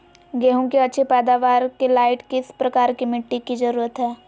गेंहू की अच्छी पैदाबार के लाइट किस प्रकार की मिटटी की जरुरत है?